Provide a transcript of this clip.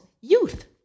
youth